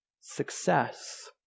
success